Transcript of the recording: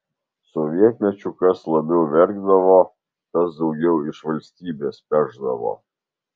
sovietmečiu kas labiau verkdavo tas daugiau iš valstybės pešdavo